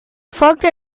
folgte